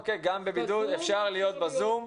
אוקיי, גם בבידוד אפשר להיות בזום.